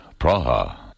Praha